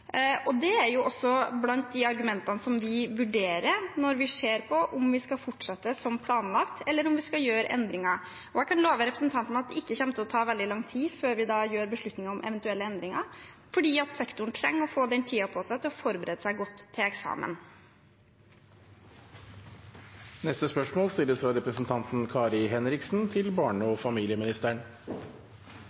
Det er også blant de argumentene vi vurderer når vi ser på om vi skal fortsette som planlagt, eller om vi skal gjøre endringer. Jeg kan love representanten at det ikke kommer til å ta veldig lang tid før vi tar beslutninger om eventuelle endringer, fordi sektoren trenger å få den tiden på seg til å forberede seg godt til eksamen. «Lavangen kommune har valgt å ta et viktig samfunnsansvar, som statsråden kjenner godt til.